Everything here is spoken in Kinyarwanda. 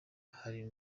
hari